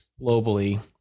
globally